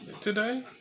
today